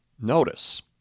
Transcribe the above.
Notice